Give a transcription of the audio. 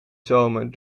zomer